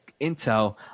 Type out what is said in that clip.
Intel